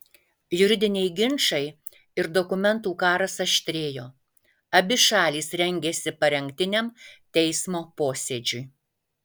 juridiniai ginčai ir dokumentų karas aštrėjo abi šalys rengėsi parengtiniam teismo posėdžiui